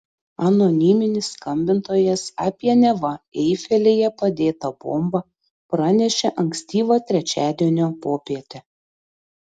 anoniminis skambintojas apie neva eifelyje padėtą bombą pranešė ankstyvą trečiadienio popietę